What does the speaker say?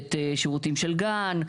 לתת שירותי גן,